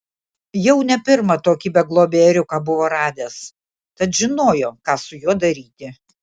jau ne pirmą tokį beglobį ėriuką buvo radęs tad žinojo ką su juo daryti